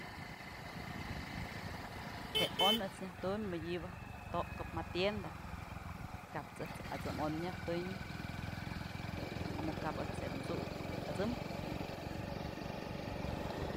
Je'e on ëjt's nyaj tumbyë mëdyëbë tokëp ma tienda kaps ëjt's at'sëm on nyajtunyë como kap ëjt's je'e t'such je'e at'sëm.